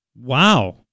Wow